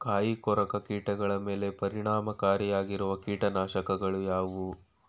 ಕಾಯಿಕೊರಕ ಕೀಟಗಳ ಮೇಲೆ ಪರಿಣಾಮಕಾರಿಯಾಗಿರುವ ಕೀಟನಾಶಗಳು ಯಾವುವು?